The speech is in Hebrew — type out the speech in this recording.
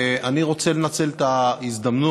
אני רוצה לנצל את ההזדמנות,